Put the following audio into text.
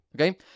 Okay